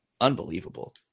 unbelievable